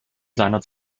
seiner